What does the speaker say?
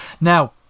Now